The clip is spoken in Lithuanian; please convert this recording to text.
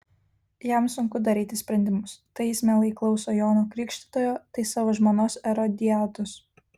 jam sunku daryti sprendimus tai jis mielai klauso jono krikštytojo tai savo žmonos erodiados